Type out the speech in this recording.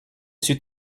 suis